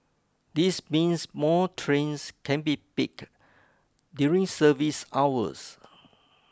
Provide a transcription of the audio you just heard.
this means more trains can be pack during service hours